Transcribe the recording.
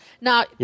Now